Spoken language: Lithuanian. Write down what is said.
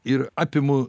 ir apima